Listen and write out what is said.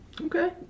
Okay